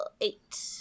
Eight